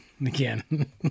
again